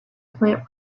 plant